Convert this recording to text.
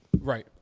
Right